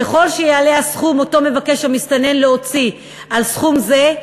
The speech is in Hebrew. ככל שיעלה הסכום שהמסתנן מבקש להוציא על סכום זה,